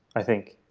i think.